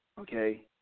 Okay